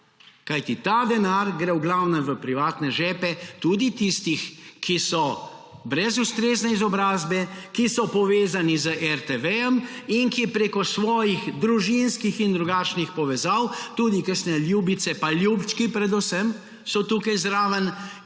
Kajti ta denar gre v glavnem v privatne žepe, tudi tistih, ki so brez ustrezne izobrazbe, ki so povezani z RTV-jem in ki preko svojih družinskih in drugačnih povezav, tudi kakšne ljubice pa ljubčki predvsem so tukaj zraven,